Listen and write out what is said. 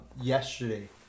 yesterday